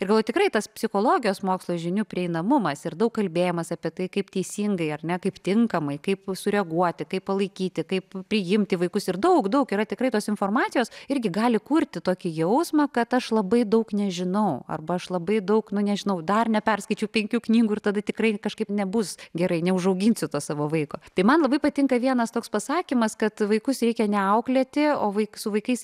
ir galvoju tikrai tas psichologijos mokslo žinių prieinamumas ir daug kalbėjimas apie tai kaip teisingai ar ne kaip tinkamai kaip sureaguoti kaip palaikyti kaip priimti vaikus ir daug daug yra tikrai tos informacijos irgi gali kurti tokį jausmą kad aš labai daug nežinau arba aš labai daug nu nežinau dar neperskaičiau penkių knygų ir tada tikrai kažkaip nebus gerai neužauginsiu to savo vaiko tai man labai patinka vienas toks pasakymas kad vaikus reikia ne auklėti o vaikus su vaikais